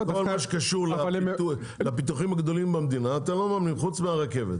כל מה שקשור לפיתוחים הגדולים במדינה אתם לא ממממנים חוץ מהרכבת.